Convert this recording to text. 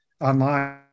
online